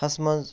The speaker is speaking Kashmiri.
ہَس منٛز